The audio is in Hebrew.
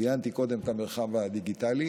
ציינתי קודם את המרחב הדיגיטלי.